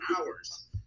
hours